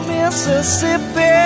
Mississippi